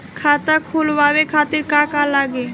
खाता खोलवाए खातिर का का लागी?